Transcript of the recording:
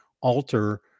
alter